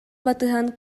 батыһан